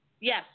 Yes